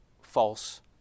false